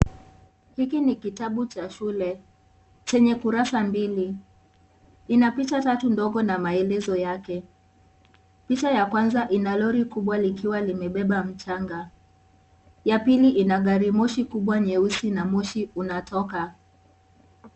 Hiki ni kitabu cha shule chenye kurasa mbili ina picha tatu ndogo na maelezo yake, picha ya kwanza ina lori kubwa likiwa limebeba mchanga, ya pili ina garimoshi kubwa nyeusi na moshi unatoka.